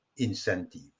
Incentive